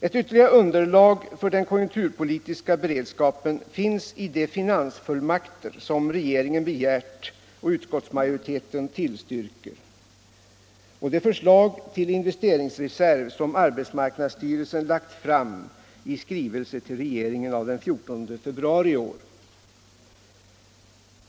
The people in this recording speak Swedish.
Ett ytterligare underlag för den konjunkturpolitiska beredskapen finns i de finansfullmakter som regeringen begärt och utskottsmajoriteten tillstyrker och i det förslag till investeringsreserv som arbetsmarknadsstyrelsen lagt fram i skrivelse till regeringen av den 14 februari i år.